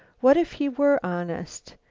what if he were honest?